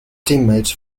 teammates